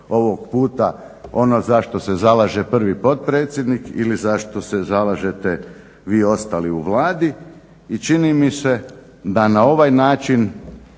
ovog puta ono zašto se zalaže prvi potpredsjednik ili zašto se zalažete vi ostali u Vladi? I čini mi se da na ovaj način